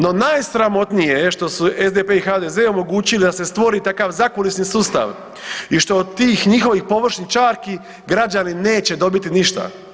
No najsramotnije je što su SDP i HDZ omogućili da se stvori takav zakulisni sustav i što od tih njihovih površnih čarki građani neće dobiti ništa.